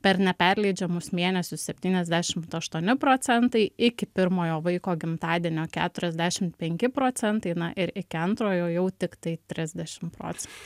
per neperleidžiamus mėnesius septyniasdešimt aštuoni procentai iki pirmojo vaiko gimtadienio keturiasdešimt penki procentai na ir iki antrojo jau tiktai trisdešimt procentų